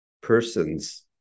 person's